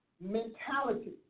mentality